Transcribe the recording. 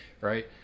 right